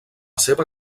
seva